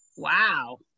Wow